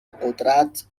قدرت